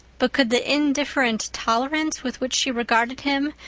but could the indifferent tolerance with which she regarded him,